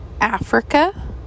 Africa